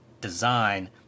design